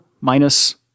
minus